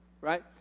right